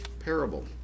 parable